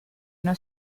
una